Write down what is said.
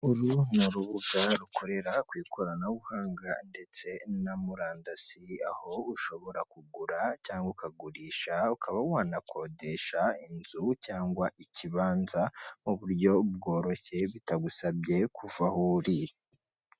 Uru ni urubuga rukorera ku ikoranabuhanga ndetse na murandasi, aho ushobora kugura cyangwa ukagurisha, ukaba wanakodesha inzu cyangwa ikibanza mu buryo bworoshye bitagusabye kuva aho uri.